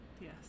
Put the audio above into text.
Yes